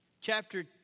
chapter